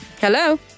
Hello